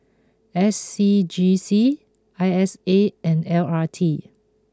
S C G C I S A and L R T